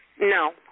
No